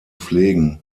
pflegen